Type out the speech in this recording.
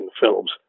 films